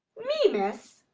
me, miss!